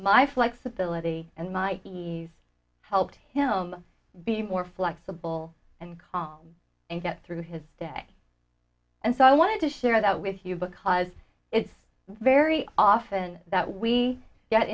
my flexibility and my d s helped him be more flexible and calm and get through his day and so i wanted to share that with you because it's very often that we get